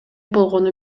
болгону